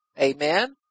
Amen